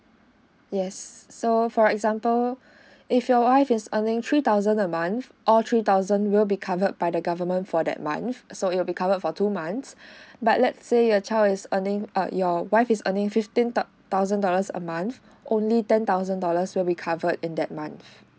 yes so for example if your wife is earning three thousand a month all three thousand will be covered by the government for that month it'll be covered for two months but let's say your child is earning err your wife is earning fifteen tub thousand dollars a month only ten thousand dollars will be covered in that month